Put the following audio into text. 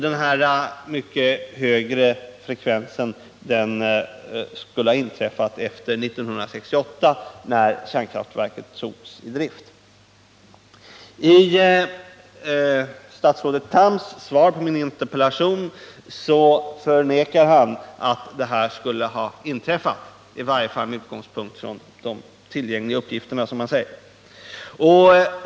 Denna mycket högre frekvens skulle ha blivit märkbar efter 1968, när kärnkraftverket togs i drift. I sitt svar på min interpellation förnekar statsrådet Tham att den här ökningen av cancer skulle ha inträffat, i varje fall med utgångspunkt i de tillgängliga uppgifterna, som statsrådet säger.